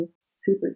super